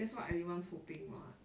that's what everyone's hoping [what]